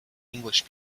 english